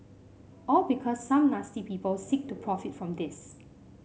all because some nasty people seek to profit from this